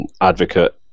advocate